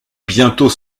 bientôt